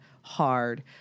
hard